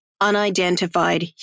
unidentified